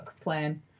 plan